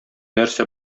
нәрсә